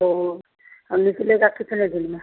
तो और निकलेगा कितने दिन में